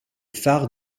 phares